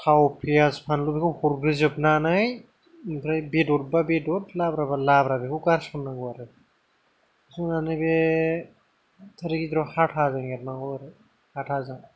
थाव पियास फानलुफोरखौ हरग्रोजोबनानै ओमफ्राय बेदर बा बेदर लाब्रा बा लाब्रा बेखौ गारसननांगौ आरो जोंनानिखि एरै गेजेराव हाथाजों एरनांगौ आरो हाथाजों